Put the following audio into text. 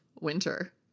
winter